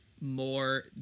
more